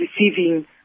receiving